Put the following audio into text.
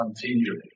continually